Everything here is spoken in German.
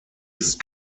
ist